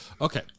Okay